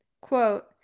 Quote